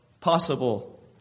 possible